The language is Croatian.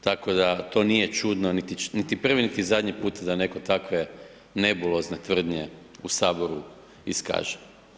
Tako da to nije čudno, niti prvi niti zadnji put da neko takve nebulozne tvrdnje u Saboru iskaže.